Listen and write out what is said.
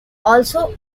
also